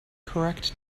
correct